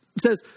says